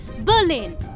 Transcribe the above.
Berlin